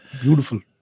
Beautiful